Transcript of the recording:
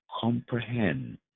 comprehend